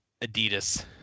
Adidas